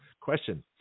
Question